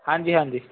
ਹਾਂਜੀ ਹਾਂਜੀ